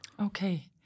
Okay